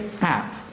app